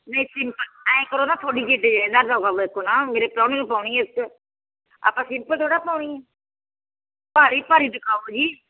ਐਂਉਂ ਕਰੋ ਨਾ ਮੇਰੇ ਪਰਾਹੁਣੇ ਨੂੰ ਪਾਉਣੀ ਆ ਭਾਰੀ ਭਾਰੀ ਦਿਖਾਓ ਜੀ